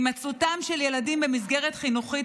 הימצאותם של ילדים במסגרת חינוכית